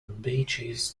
beaches